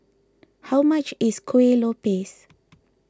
how much is Kuih Lopes